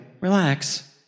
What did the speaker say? Relax